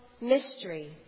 mystery